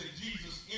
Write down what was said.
Jesus